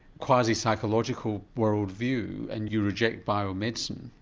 quasi-psychological world view, and you reject biomedicine,